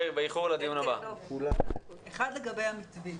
לגבי המתווים.